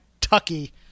Tucky